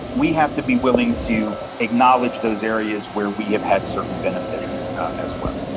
we have to be willing to acknowledge those areas where we have had certain benefits as well.